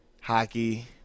hockey